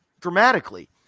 Dramatically